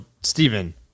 Stephen